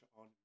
on